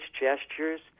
gestures